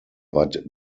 but